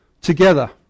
together